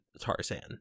Tarzan